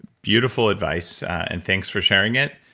beautiful advice and thanks for sharing it.